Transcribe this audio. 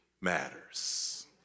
matters